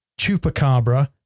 Chupacabra